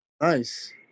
nice